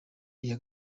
iya